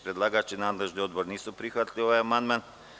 Predlagač i nadležni odbor nisu prihvatili ovaj amandman.